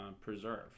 preserve